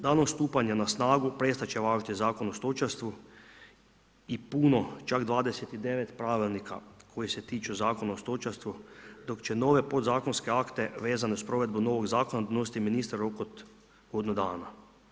Danom stupanja na snagu prestat će važiti zakon o stočarstvu i puno, čak 29 pravilnika koji se tiču zakona o stočarstvu, dok će nove podzakonske akte vezane uz provedbu novog zakona donositi ministar u roku od godinu dana.